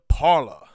parlor